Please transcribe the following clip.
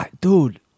Dude